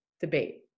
debate